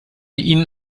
ihnen